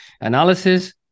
Analysis